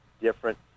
different